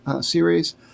series